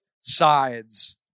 sides